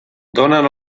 donen